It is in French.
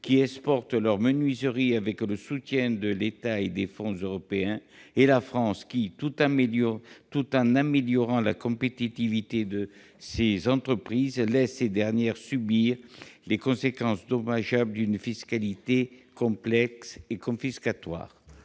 qui exportent leurs menuiseries avec le soutien de l'État et des fonds européens, et la France qui, tout en améliorant la compétitivité de ses entreprises, laisse ces dernières subir les conséquences dommageables d'une fiscalité complexe et confiscatoire.